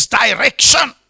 direction